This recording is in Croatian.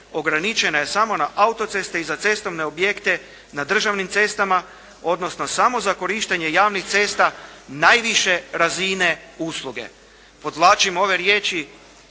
ograničenje samo na autoceste i za cestovne objekte na državni cestama odnosno samo za korištenje javnih cesta najviše razine usluge". Podvlačim ove riječi